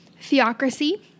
Theocracy